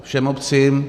Všem obcím.